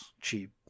cheap